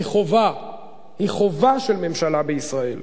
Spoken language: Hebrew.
היא חובה של ממשלה בישראל.